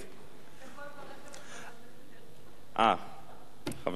אתה יכול לברך גם את חבר הכנסת הרצוג.